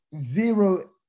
zero